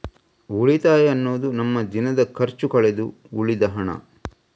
ಉಳಿತಾಯ ಅನ್ನುದು ನಮ್ಮ ದಿನದ ಖರ್ಚು ಕಳೆದು ಉಳಿದ ಹಣ